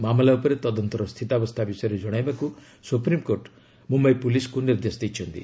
ମାମଲା ଉପରେ ତଦନ୍ତର ସ୍ଥିତାବସ୍ଥା ବିଷୟରେ ଜଣାଇବାକୁ ସୁପ୍ରିମ୍କୋର୍ଟ ମୁମ୍ୟାଇ ପୁଲିସ୍କୁ ନିର୍ଦ୍ଦେଶ ଦେଇଛନ୍ତି